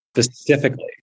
specifically